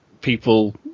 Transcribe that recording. people